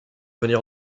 venir